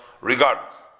regardless